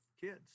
kids